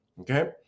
Okay